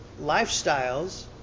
lifestyles